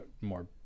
more